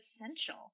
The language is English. essential